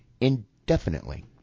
indefinitely